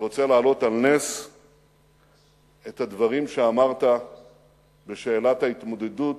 אני רוצה להעלות על נס את הדברים שאמרת בשאלת ההתמודדות